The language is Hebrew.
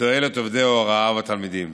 לתועלת עובדי ההוראה והתלמידים.